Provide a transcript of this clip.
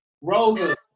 Rosa